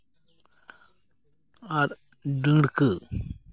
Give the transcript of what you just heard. ᱟᱨ ᱰᱟᱺᱲᱠᱟᱹ